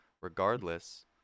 regardless